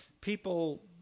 people